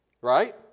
right